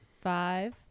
five